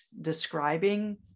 describing